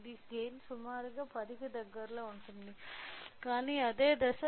ఇది గైన్ సుమారుగా 10 కి దగ్గరలో ఉంటుంది కానీ అదే దశ